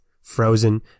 frozen